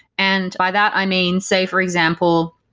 and by that, i mean, say for example,